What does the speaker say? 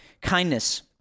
Kindness